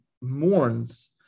mourns